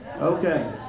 Okay